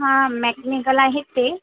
हा मॅकनिकल आहेत ते